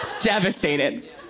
Devastated